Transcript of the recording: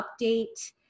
update